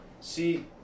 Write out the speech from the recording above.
See